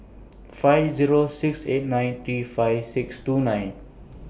five Zero six eight nine three five six two nine